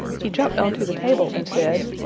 he jumped on to the table, and said,